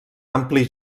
ampli